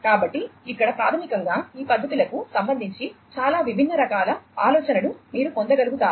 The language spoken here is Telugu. కాబట్టి ఇక్కడ ప్రాథమికంగా ఈ పద్ధతులకు సంబంధించి చాలా విభిన్న రకాల ఆలోచనలు మీరు పొందగలుగుతారు